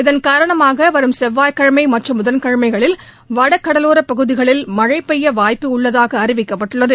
இதன் காரணமாக வரும் செவ்வாய் மற்றும் புதன் கிழமைகளில் வடகடலோரப் பகுதிகளில் மழை பெய்ய வாய்ப்பு உள்ளதாக அறிவிக்கப்பட்டுள்ளது